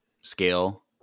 scale